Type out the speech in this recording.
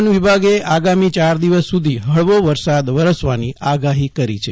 હવામાન વિભાગે આગામી ચાર દિવસ સુ ધી હળવો વરસાદ વરસવાની આગાહી કરી છે